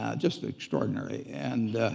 ah just extraordinary. and